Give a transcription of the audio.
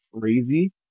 crazy